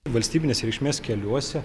valstybinės reikšmės keliuose